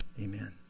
amen